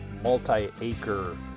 multi-acre